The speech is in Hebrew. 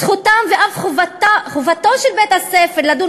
זכותו ואף חובתו של בית-הספר לדון